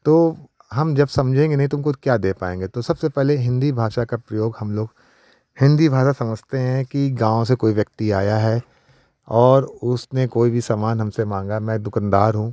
तो हम जब समझेंगे नहीं तुमको तो क्या दे पाएंगे तो सबसे पहले हिन्दी भाषा का प्रयोग हम लोग हिन्दी भाषा समझते हैं कि गाँव से कोई व्यक्ति आया है और उसने कोई भी समान हमसे मांगा मैं दुकानदार हूँ